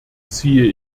ziehe